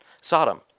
Sodom